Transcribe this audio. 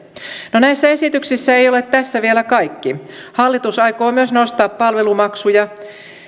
näissä esityksissä ei ole vielä kaikki hallitus aikoo myös nostaa palvelumaksuja